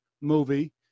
movie